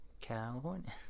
California